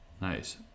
Nice